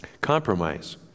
Compromise